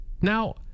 Now